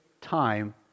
time